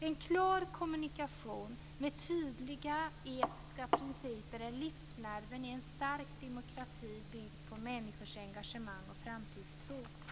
En klar kommunikation med tydliga etiska principer är livsnerven i en stark demokrati byggd på människors engagemang och framtidstro.